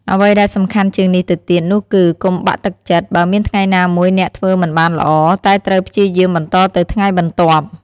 អ្វីដែលសំខាន់ជាងនេះទៅទៀតនោះគឺ កុំបាក់ទឹកចិត្ត បើមានថ្ងៃណាមួយអ្នកធ្វើមិនបានល្អ តែត្រូវព្យាយាមបន្តនៅថ្ងៃបន្ទាប់។